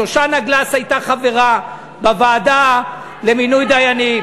שושנה גלס הייתה חברה בוועדה למינוי דיינים.